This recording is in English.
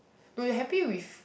no you happy with